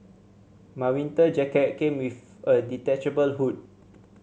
my winter jacket came with a detachable hood